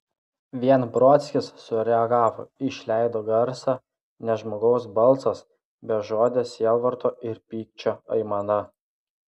vien brodskis sureagavo išleido garsą ne žmogaus balsas bežodė sielvarto ir pykčio aimana